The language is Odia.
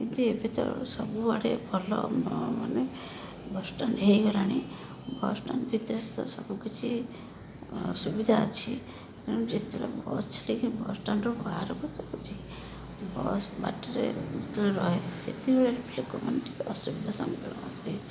ଏବେ ତ ସବୁଆଡ଼େ ଭଲ ମାନେ ବସଷ୍ଟାଣ୍ଡ ହେଇଗଲାଣି ବସଷ୍ଟାଣ୍ଡ ଭିତରେ ତ ସବୁକିଛି ସୁବିଧା ଅଛି ତେଣୁ ଯେତେବେଳେ ବସ୍ ଛାଡିକି ବସଷ୍ଟାଣ୍ଡରୁ ବାହାରକୁ ଯାଉଛି ବାଟରେ ଯେତେବେଳେ ରହେ ସେତିକିବେଳେ ଲୋକମାନେ ଟିକେ ଅସୁବିଧା ସମ୍ମୁଖୀନ ହୁଅନ୍ତି